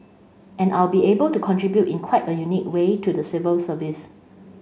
and I'll be able to contribute in quite a unique way to the civil service